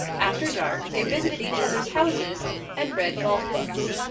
after dark, they visited each other's houses and read golf books.